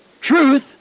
truth